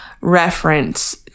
reference